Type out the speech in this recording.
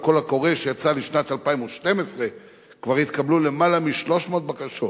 לקול הקורא שיצא לשנת 2012 כבר התקבלו למעלה מ-300 בקשות,